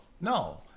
No